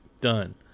done